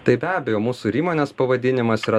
tai be abejo mūsų ir įmonės pavadinimas yra